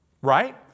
Right